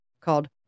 called